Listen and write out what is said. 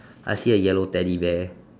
I see a yellow teddy bear